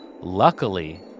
luckily